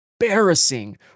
embarrassing